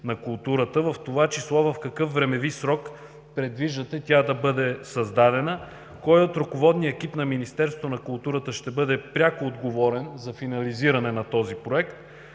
на културата, в това число в какъв времеви срок предвиждате тя да бъде създадена? Кой от ръководния екип от Министерството на културата ще бъде пряко отговорен за финализиране на този проект?